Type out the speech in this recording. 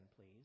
please